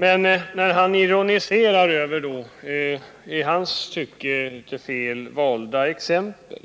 Men när han ironiserar över i hans tycke fel valda exempel,